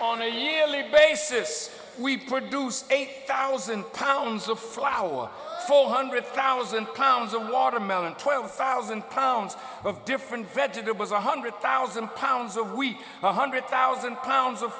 own a yearly basis we produce eight thousand pounds of flour or four hundred thousand pounds of watermelon twelve thousand pounds of different vegetables one hundred thousand pounds a week one hundred thousand pounds